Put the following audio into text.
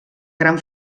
gran